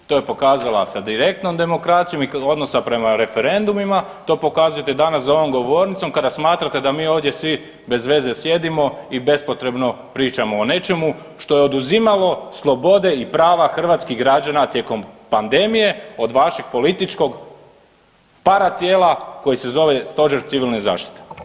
To je pokazala sa direktnom demokracijom i odnosa prema referendumima, to pokazujete i danas za ovom govornicom kada smatrate da mi ovdje svi bez veze sjedimo i bespotrebno pričamo o nečemu što je oduzimalo slobode i prava hrvatskih građana tijekom pandemije od vašeg političkog paratijela koje se zove Stožer civilne zaštite.